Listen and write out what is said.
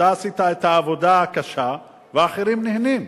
אתה עשית את העבודה הקשה ואחרים נהנים.